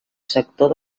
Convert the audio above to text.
sector